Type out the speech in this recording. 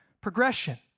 progression